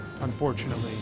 unfortunately